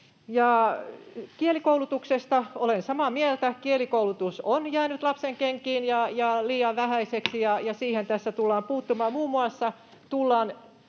Kielikoulutuksesta olen samaa mieltä. Kielikoulutus on jäänyt lapsenkenkiin ja liian vähäiseksi, ja siihen tässä tullaan puuttumaan. Muun muassa